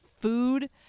food